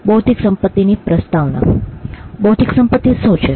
બૌદ્ધિક સંપત્તિ શું છે